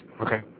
okay